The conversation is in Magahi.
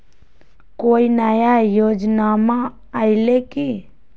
कोइ नया योजनामा आइले की?